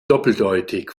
doppeldeutig